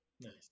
Nice